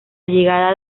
llegada